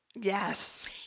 yes